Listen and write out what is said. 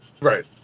right